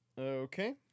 Okay